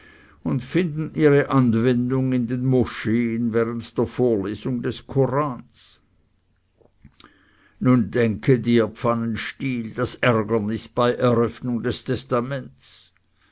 und finden ihre anwendung in den moscheen während der vorlesung des korans nun denke dir pfannenstiel das ärgernis bei eröffnung des testamentes